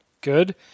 Good